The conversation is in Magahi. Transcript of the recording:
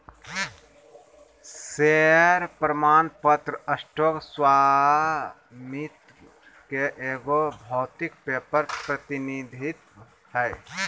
शेयर प्रमाण पत्र स्टॉक स्वामित्व के एगो भौतिक पेपर प्रतिनिधित्व हइ